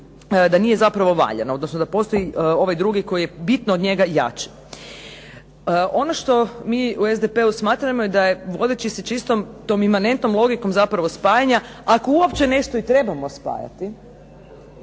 da nije zapravo valjan, odnosno da postoji ovaj drugi koji je bitno od njega jači. Ono što mi u SDP-u smatramo je da je vodeći se čistom tom imanentnom logikom zapravo spajanja, ako uopće nešto i trebamo spajati,